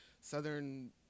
Southern